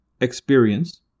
experience